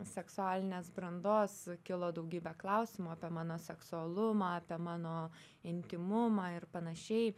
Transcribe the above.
seksualinės brandos kilo daugybė klausimų apie mano seksualumą apie mano intymumą ir panašiai